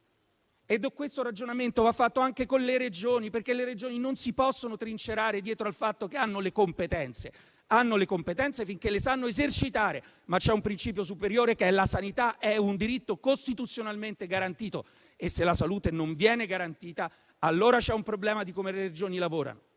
Questo ragionamento va fatto anche con le Regioni, perché le Regioni non si possono trincerare dietro al fatto che hanno le competenze: le hanno finché le sanno esercitare, ma c'è un principio superiore, ossia che la salute è un diritto costituzionalmente garantito e se non viene garantito allora c'è un problema legato al modo in cui le Regioni lavorano.